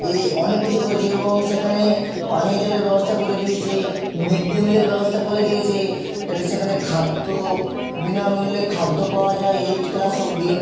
এই অনেক কিছুই করেছে এবং সেখানে পানীয় জলের ব্যবস্থা করে দিয়েছে মিড ডে মিলের ব্যবস্থা করে দিয়েছে যাতে সেখানে খাদ্য বিনামূল্যে খাদ্য পাওয়া যায় এইট ক্লাস অবধি